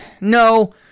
no